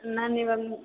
ನಾನು ಇವಾಗ ಮ್